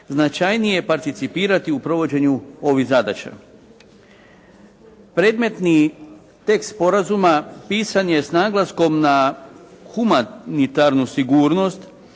značajnije participirati u provođenju ovih zadaća. Predmetni tekst Sporazuma pisan je s naglaskom na humanitarnu sigurnost